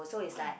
!wah!